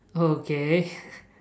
oh okay